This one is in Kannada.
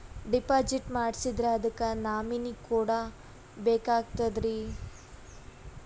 ಡಿಪಾಜಿಟ್ ಮಾಡ್ಸಿದ್ರ ಅದಕ್ಕ ನಾಮಿನಿ ಕೊಡಬೇಕಾಗ್ತದ್ರಿ?